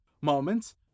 moments